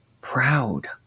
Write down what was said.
proud